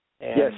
Yes